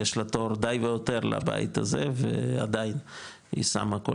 יש לה תור די והותר לבית הזה ועדיין היא שמה כל